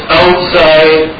outside